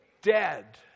dead